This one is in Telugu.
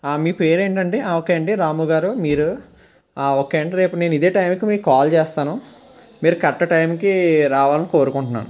మీ పేరేంటి అండి ఓకే అండి రాము గారు మీరు ఓకే నండి రేపు నేను ఇదే టైంకి మీకు కాల్ చేస్తాను మీరు కరెక్ట్ టైంకి రావాలని కోరుకుంటున్నాను